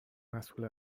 مسئول